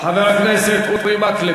חבר הכנסת אורי מקלב.